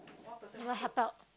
you never help out